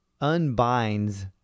unbinds